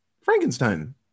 Frankenstein